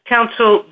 Counsel